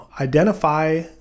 Identify